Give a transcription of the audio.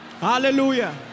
Hallelujah